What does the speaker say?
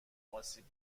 آسیب